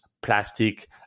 plastic